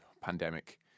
pandemic